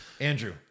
Andrew